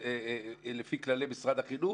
לפי כללי משרד החינוך,